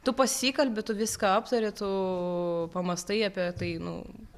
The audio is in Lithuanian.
tu pasikalbi tu viską aptari tu pamąstai apie tai nu